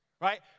Right